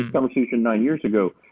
and conversation nine years ago,